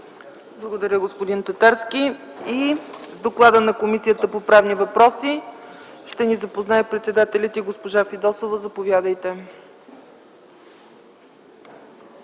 Благодаря, господин Татарски. С доклада на Комисията по правни въпроси ще ни запознае председателят й госпожа Искра Фидосова. Заповядайте.